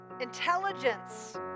intelligence